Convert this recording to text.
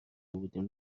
بودیم